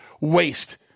waste